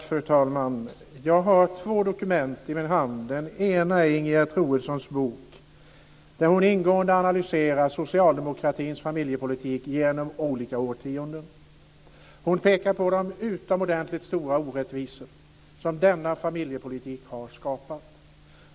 Fru talman! Jag har två dokument i min hand. Det ena är Ingegerd Troedssons bok där hon ingående analyserar socialdemokratins familjepolitik genom olika årtionden. Hon pekar på de utomordentligt stora orättvisor som denna familjepolitik har skapat.